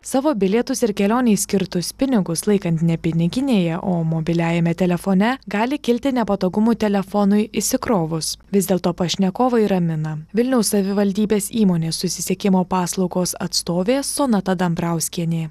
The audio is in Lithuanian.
savo bilietus ir kelionei skirtus pinigus laikan ne piniginėje o mobiliajame telefone gali kilti nepatogumų telefonui išsikrovus vis dėlto pašnekovai ramina vilniaus savivaldybės įmonės susisiekimo paslaugos atstovė sonata dambrauskienė